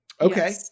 okay